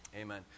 Amen